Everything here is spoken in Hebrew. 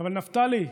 אבל נפתלי,